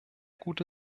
gute